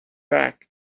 back